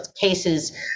cases